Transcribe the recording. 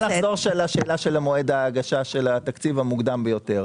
נחזור לשאלה של מועד ההגשה של התקציב המוקדם ביותר.